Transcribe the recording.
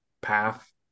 path